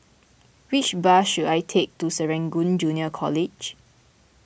which bus should I take to Serangoon Junior College